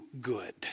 good